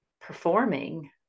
performing